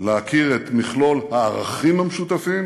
להכיר את מכלול הערכים המשותפים